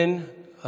אין.